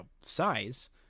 size